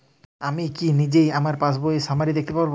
আমি কি নিজেই আমার পাসবইয়ের সামারি দেখতে পারব?